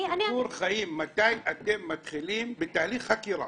מתי אתם מתחילים בתהליך חקירה?